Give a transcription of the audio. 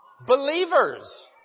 Believers